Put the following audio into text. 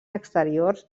exteriors